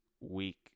week